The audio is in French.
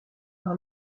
par